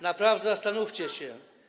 naprawdę zastanówcie się.